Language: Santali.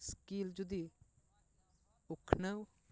ᱥᱠᱤᱞ ᱡᱩᱫᱤ ᱩᱛᱷᱱᱟᱹᱣ